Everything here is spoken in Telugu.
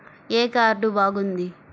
ఏ కార్డు బాగుంది?